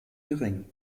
gering